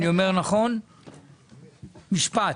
משפט.